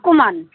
কমান